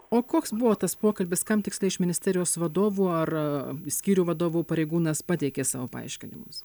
o koks buvo tas pokalbis kam tiksliai iš ministerijos vadovų ar skyrių vadovų pareigūnas pateikė savo paaiškinimus